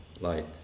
Light